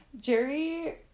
Jerry